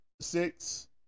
six